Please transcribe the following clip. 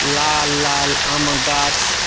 लाल लाल आमक गाछ